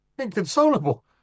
Inconsolable